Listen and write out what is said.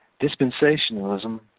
dispensationalism